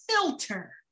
filter